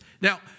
Now